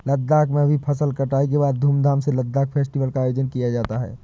लद्दाख में भी फसल कटाई के बाद धूमधाम से लद्दाख फेस्टिवल का आयोजन किया जाता है